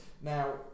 now